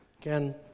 Again